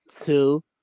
two